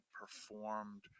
performed